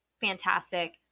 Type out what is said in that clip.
fantastic